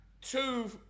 two